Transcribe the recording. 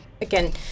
again